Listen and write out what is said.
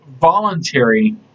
voluntary